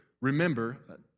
remember